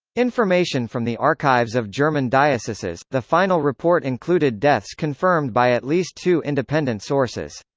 information from the archives of german dioceses the final report included deaths confirmed by at least two independent sources.